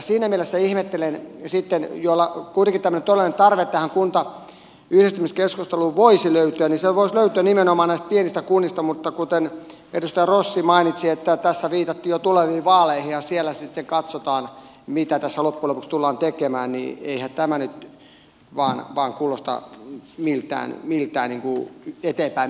siinä mielessä ihmettelen sitten että kun joillain kuitenkin todellinen tarve tähän kuntayhdistymiskeskusteluun voisi löytyä niin se voisi löytyä nimenomaan pienistä kunnista mutta kuten edustaja rossi mainitsi että tässä viitattiin jo tuleviin vaaleihin ja siellä sitten katsotaan mitä tässä loppujen lopuksi tullaan tekemään niin eihän tämä nyt vain kuulosta miltään eteenpäin menemiseltä